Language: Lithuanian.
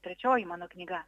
trečioji mano knyga